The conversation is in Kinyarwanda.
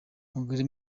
mugore